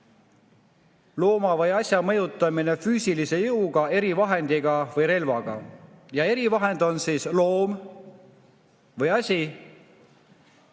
looma või asja mõjutamine füüsilise jõuga, erivahendiga või relvaga. Erivahend on loom või asi,